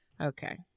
okay